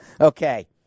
Okay